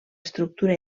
estructura